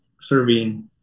serving